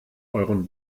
euren